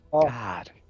God